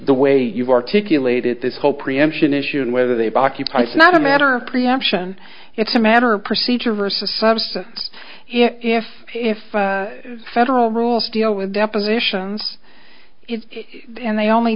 the way you've articulated this whole preemption issue and whether they've occupied it's not a matter of preemption it's a matter of procedure versus substance if if federal rules deal with depositions and they only